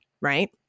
right